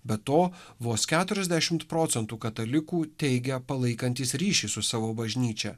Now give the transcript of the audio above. be to vos keturiasdešimt procentų katalikų teigia palaikantys ryšį su savo bažnyčia